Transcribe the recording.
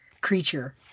creature